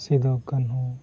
Sidhu Kanhu